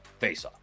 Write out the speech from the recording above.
Faceoff